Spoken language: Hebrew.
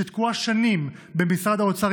שתקועה שנים במשרד האוצר,